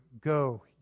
Go